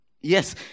Yes